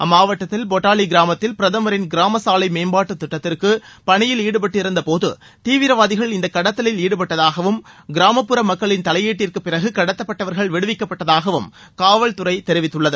அம்மாவட்டத்தில் பொட்டாலி கிராமத்தில் பிரதமரின் கிராம சாலை மேம்பாட்டு திட்டத்திற்கு பணியில் ஈடுபட்டிருந்தபோது தீவிரவாதிகள் இந்த கடத்தலில் ஈடுபட்டதாகவும் கிராமப்புற மக்களின் தலையீட்டிற்கு பிறகு கடத்தப்பட்டவர்கள் விடுவிக்கப்பட்டதாகவும் காவல்துறை தெரிவித்துள்ளது